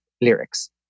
lyrics